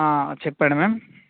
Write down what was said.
చెప్పండి మ్యామ్